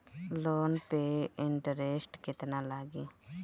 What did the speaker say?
Loan पे interest केतना लागी?